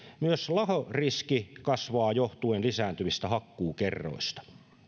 myös lahoriski kasvaa johtuen lisääntyvistä hakkuukerroista